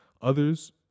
Others